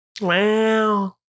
Wow